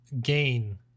gain